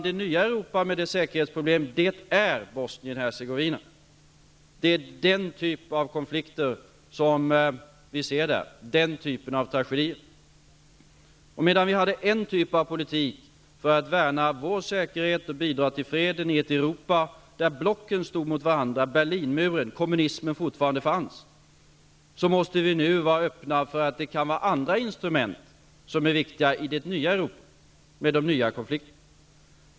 Det nya Europa har säkerhetsproblem i t.ex. Bosnien Hercegovina. Det är den typ av konfliker och tragedier som finns i det nya Europa. Vi hade en typ av politik för att värna vår säkerhet och bidra till fred i ett Europa där blocken stod mot varandra -- ett Europa då Berlinmuren och kommunismen fortfarande fanns. Nu måste vi i stället vara öppna för att andra instrument kan vara riktiga i det nya Europa med de nya konflikterna.